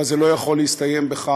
אבל זה לא יכול להסתיים בכך.